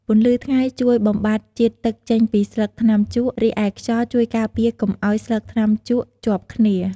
ពន្លឺថ្ងៃជួយបំបាត់ជាតិទឹកចេញពីស្លឹកថ្នាំជក់ រីឯខ្យល់ជួយការពារកុំអោយស្លឹកថ្នាំជក់ជាប់គ្នា។